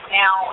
now